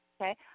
Okay